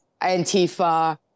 Antifa